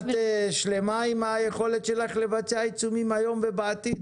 את שלמה עם היכולת שלך לבצע עיצומים היום ובעתיד?